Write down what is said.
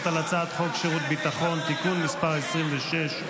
על הצעת חוק שירות ביטחון (תיקון מס' 26)